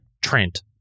Trent